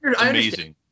amazing